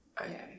Okay